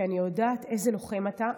כי אני יודעת איזה לוחם אתה,